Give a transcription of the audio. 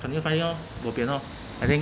continue find loh 不便 I think